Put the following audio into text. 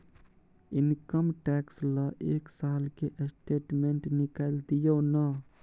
Income tax ल एक साल के स्टेटमेंट निकैल दियो न?